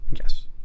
yes